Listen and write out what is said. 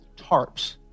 tarps